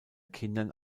kindern